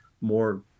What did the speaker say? more